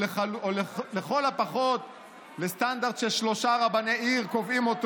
או לכל הפחות לסטנדרט ששלושה רבני עיר קובעים,